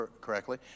correctly